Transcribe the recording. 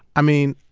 i mean,